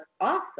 awesome